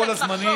בכל הזמנים,